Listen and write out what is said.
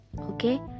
Okay